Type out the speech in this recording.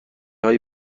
های